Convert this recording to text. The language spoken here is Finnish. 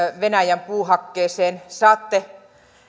venäjän puuhakkeeseen saatte